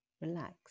relax